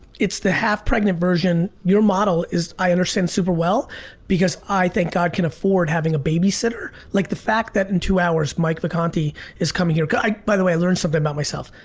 it's the half-pregnant version. your model is i understand super well because i think i can afford having a babysitter. like the fact that in two hours, mike vacanti is coming here. by the way i learned something about myself.